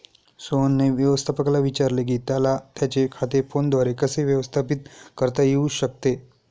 सोहनने व्यवस्थापकाला विचारले की त्याला त्याचे खाते फोनद्वारे कसे व्यवस्थापित करता येऊ शकते